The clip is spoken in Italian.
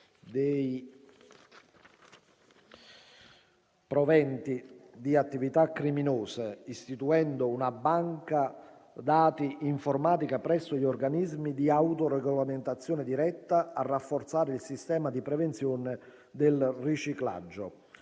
dei proventi di attività criminose) istituendo una banca dati informatica presso gli organismi di autoregolamentazione diretta a rafforzare il sistema di prevenzione del riciclaggio;